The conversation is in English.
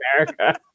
America